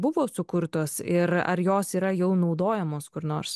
buvo sukurtos ir ar jos yra jau naudojamos kur nors